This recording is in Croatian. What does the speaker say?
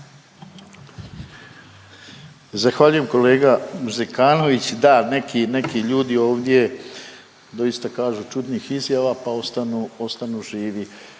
Zahvaljujem kolega Zekanović, da neki, neki ljudi ovdje isto kažu čudnih izjava pa ostanu,